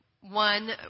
One